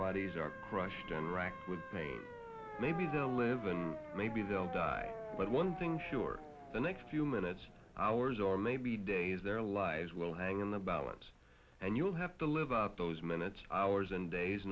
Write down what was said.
bodies are crushed and racked with pain maybe they'll live and maybe they'll die but one thing sure the next few minutes hours or maybe days their lives well hang in the balance and you'll have to live up those minutes hours and days